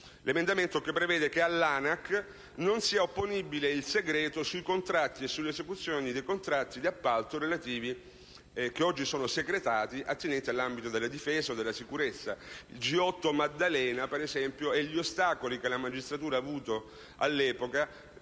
l'emendamento che prevede che all'ANAC non sia opponibile il segreto sui contratti e sulle esecuzioni dei contratti di appalto, che oggi sono secretati, attinenti all'ambito della Difesa e della sicurezza. Il G8 della Maddalena e gli ostacoli che la magistratura ha incontrato all'epoca